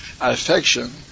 affection